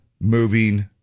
moving